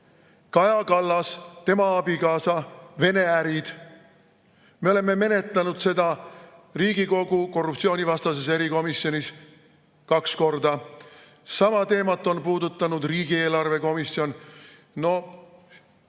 Kaja Kallas, tema abikaasa Vene ärid. Me oleme menetlenud seda Riigikogu korruptsioonivastases erikomisjonis kaks korda. Sama teemat on puudutanud riigieelarve komisjon. Just